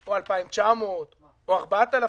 או 2,900 או 4,000?